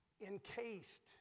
encased